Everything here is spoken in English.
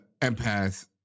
empath